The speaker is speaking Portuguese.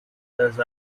das